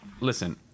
Listen